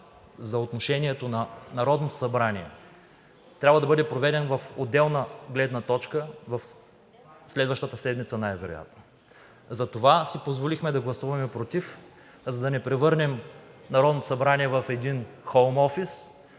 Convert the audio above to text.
за отношението на Народното събрание трябва да бъде проведен в отделна точка, най-вероятно следващата седмица. Затова си позволихме да гласуваме против, за да не превърнем Народното събрание в един хоум офис